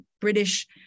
British